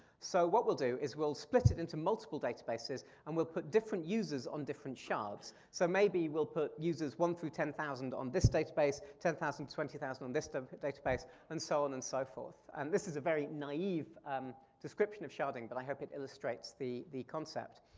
so what we'll do is we'll split it into multiple databases and we'll put different users on different shards. so maybe we'll put users one through ten thousand on this database, ten thousand to twenty thousand on this um database and so on and so forth. and this is a very naive um description of sharding, but i hope it illustrates the the concept.